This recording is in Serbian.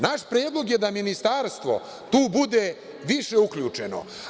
Naš je predlog da Ministarstvo tu bude više uključeno.